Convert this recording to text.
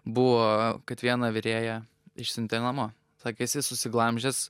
buvo kad vieną virėją išsiuntė namo sakė esi susiglamžęs